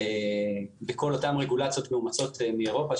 בכל אותן רגולציות מאומצות מאירופה,